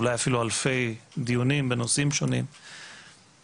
אולי אפילו אלפי דיונים בנושאים שונים אבל